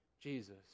Jesus